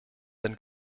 denn